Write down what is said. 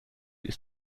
ist